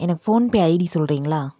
எனக்கு ஃபோன்பே ஐடி சொல்கிறீங்களா